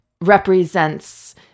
represents